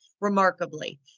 Remarkably